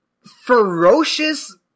ferocious